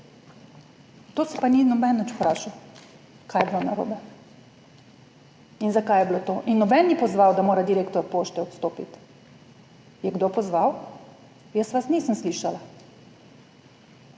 To se pa ni noben nič vprašal, kaj je bilo narobe in zakaj je bilo to, in noben ni pozval, da mora direktor Pošte odstopiti. Je kdo pozval? Jaz vas nisem slišala,